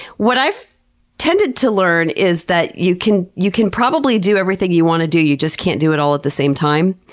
what i've tended to learn is that you can you can probably do everything you want to do, you just can't do it all at the same time.